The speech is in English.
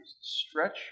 stretch